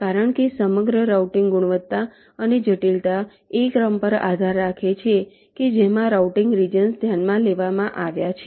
કારણ કે સમગ્ર રાઉટીંગ ગુણવત્તા અને જટિલતા એ ક્રમ પર આધાર રાખે છે કે જેમાં રાઉટીંગ રિજન્સ ધ્યાનમાં લેવામાં આવ્યા છે